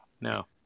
No